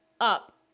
up